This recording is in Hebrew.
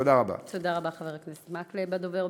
תודה, חבר הכנסת מקלב.